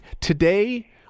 today